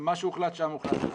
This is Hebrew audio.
מה שהוחלט שם הוחלט.